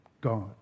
God